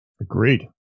Agreed